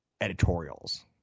editorials